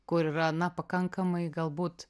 kur yra na pakankamai galbūt